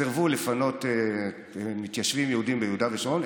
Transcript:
סירבו לפנות מתיישבים יהודים ביהודה ושומרון,